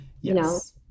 Yes